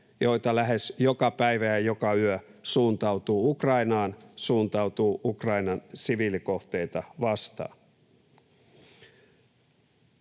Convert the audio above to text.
joita lähes joka päivä ja joka yö suuntautuu Ukrainaan, suuntautuu Ukrainan siviilikohteita vastaan.